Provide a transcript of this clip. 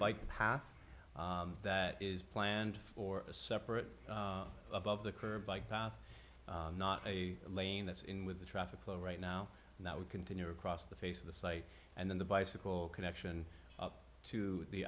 bike path that is planned for a separate above the curb bike path not a lane that's in with the traffic flow right now and that would continue across the face of the site and then the bicycle connection to the